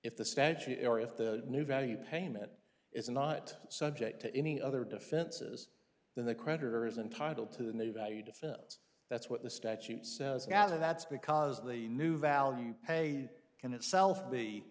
if the statue or if the new value payment is not subject to any other defenses then the creditor is entitled to the new value defense that's what the statute says got and that's because the new value pay can itself